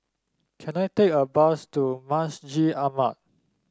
can I take a bus to Masjid Ahmad